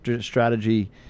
strategy